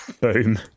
Boom